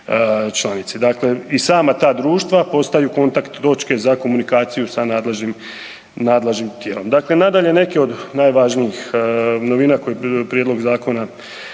članici. I sama ta društva postaju kontakt točke za komunikaciju sa nadležnim tijelom. Nadalje, neke od najvažnijih novina koje prijedlog zakona